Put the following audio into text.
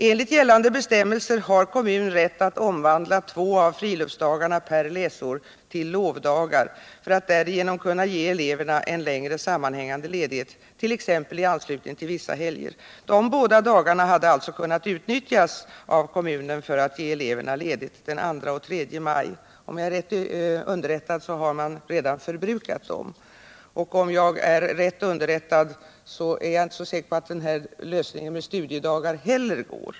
Enligt gällande bestämmelser har kommun rätt att omvandla två friluftsdagar per läsår till lovdagar för att därigenom kunna ge eleverna en längre sammanhängande ledighet, t.ex. i anslutning till vissa helger. De båda dagarna hade alltså kunnat utnyttjas av kommunen för att ge eleverna ledigt den 2 och 3 maj. Om jag är rätt underrättad har man redan förbrukat dem. Och om jag är rätt underrättad är det inte helt säkert att det är en möjlig lösning att utnyttja studiedagar.